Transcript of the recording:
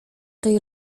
tej